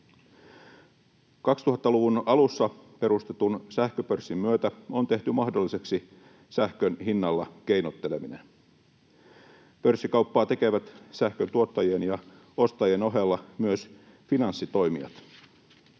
2000-luvun alussa perustetun sähköpörssin myötä on tehty mahdolliseksi sähkön hinnalla keinotteleminen. Pörssikauppaa tekevät sähkön tuottajien ja ostajien ohella myös finanssitoimijat.